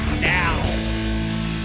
now